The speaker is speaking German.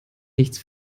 nichts